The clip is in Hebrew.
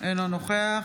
אינו נוכח